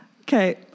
okay